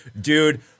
dude